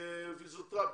פיזיותרפיה,